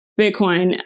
Bitcoin